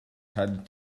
had